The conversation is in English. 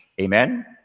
Amen